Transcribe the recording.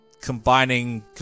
combining